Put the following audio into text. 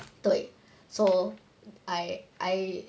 对 so I I